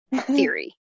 theory